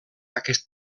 aquest